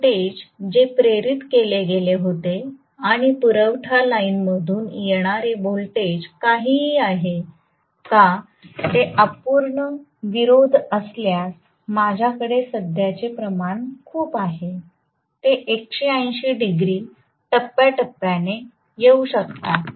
voltage जे प्रेरित केले गेले होते आणि पुरवठा लाइनमधून येणारे व्होल्टेज काहीही आहे का ते अपूर्ण विरोध असल्यास माझ्याकडे सध्याचे प्रमाण खूप आहे ते 180 डिग्री टप्प्याटप्प्याने येऊ शकतात